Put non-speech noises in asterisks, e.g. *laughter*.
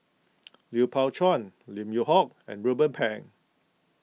*noise* Lui Pao Chuen Lim Yew Hock and Ruben Pang